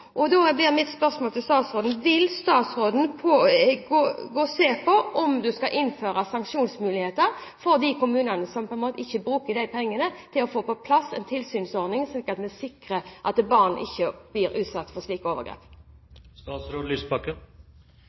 blir mitt spørsmål til statsråden: Vil statsråden se på om det skal innføres sanksjonsmuligheter overfor de kommunene som ikke bruker de pengene til å få på plass en tilsynsordning, slik at vi sikrer at barn ikke blir utsatt for